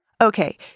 Okay